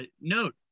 note